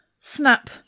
snap